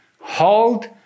hold